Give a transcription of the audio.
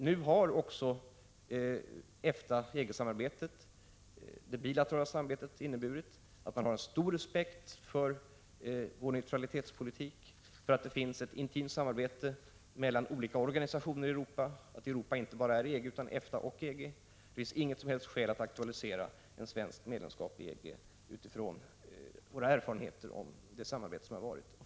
Nu har också det bilaterala samarbetet mellan EFTA och EG kommit att innebära att EG har stor respekt för vår neutralitetspolitik, för att det finns ett intimt samarbete mellan olika organisationer i Europa och för att Europa inte är bara EG utan EFTA och EG. Det finns alltså inget som helst skäl att utifrån våra erfarenheter av det gångna samarbetet nu aktualisera svenskt medlemskap i EG.